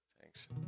Thanks